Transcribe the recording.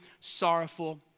sorrowful